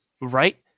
right